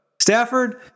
Stafford